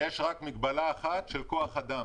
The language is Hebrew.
יש רק מגבלה אחת של כוח אדם.